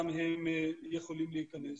גם הם יכולים להיכנס.